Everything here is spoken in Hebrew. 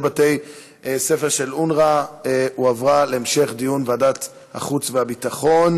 בתי-ספר של אונר"א הועברה להמשך דיון בוועדת החוץ והביטחון.